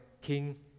King